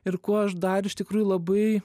ir kuo aš dar iš tikrųjų labai